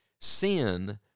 Sin